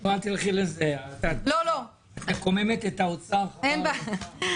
אל תלכי לזה, את מקוממת את האוצר חבל-על-הזמן.